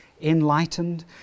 enlightened